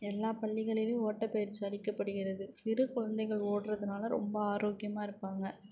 எல்லா பள்ளிகளிலேயும் ஓட்டப்பயிற்சி அளிக்கப்படுகிறது சிறு குழந்தைகள் ஓடுறதுனால ரொம்ப ஆரோக்கியமாக இருப்பாங்க